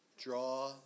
Draw